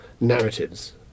narratives